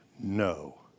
no